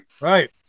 Right